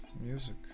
music